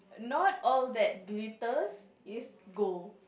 not all that glitters is gold